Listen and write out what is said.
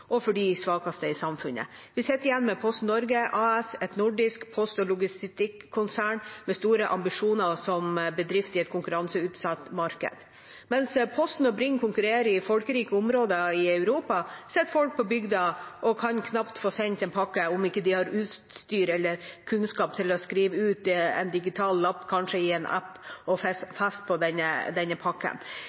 og for de svakeste i samfunnet. Vi sitter igjen med Posten Norge AS, et nordisk post- og logistikkonsern med store ambisjoner som bedrift i et konkurranseutsatt marked. Mens Posten og Bring konkurrerer i folkerike områder i Europa, sitter folk på bygda og kan knapt få sendt en pakke om de ikke har utstyr eller kunnskap til å skrive ut en digital lapp, kanskje i en app, og feste på denne pakken.